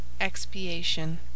Expiation